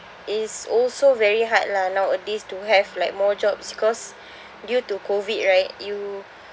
is also very hard lah nowadays to have like more jobs because due to COVID right you